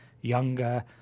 younger